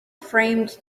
framed